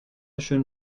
schön